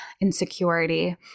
insecurity